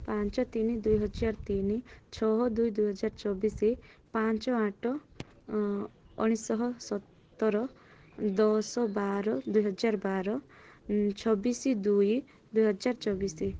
ପାଞ୍ଚ ତିନି ଦୁଇ ହଜାର ତିନି ଛଅ ଦୁଇ ଦୁଇ ହଜାର ଚବିଶି ପାଞ୍ଚ ଆଠ ଉଣେଇଶି ଶହ ସତର ଦଶ ବାର ଦୁଇ ହଜାର ବାର ଛବିଶି ଦୁଇ ଦୁଇ ହଜାର ଚବିଶି